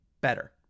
better